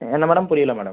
என்ன மேடம் புரியிலை மேடம்